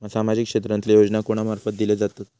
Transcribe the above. सामाजिक क्षेत्रांतले योजना कोणा मार्फत दिले जातत?